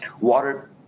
Water